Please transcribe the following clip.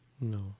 No